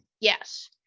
Yes